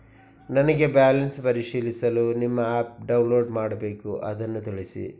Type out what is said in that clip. ನನಗೆ ಬ್ಯಾಲೆನ್ಸ್ ಪರಿಶೀಲಿಸಲು ನಿಮ್ಮ ಆ್ಯಪ್ ಡೌನ್ಲೋಡ್ ಮಾಡಬೇಕು ಅದನ್ನು ತಿಳಿಸಿ?